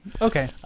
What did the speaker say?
Okay